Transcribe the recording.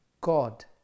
God